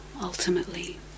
ultimately